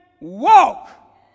walk